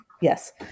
Yes